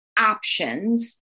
options